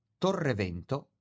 Torrevento